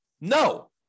No